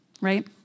right